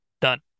Done